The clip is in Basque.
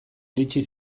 iritsi